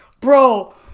Bro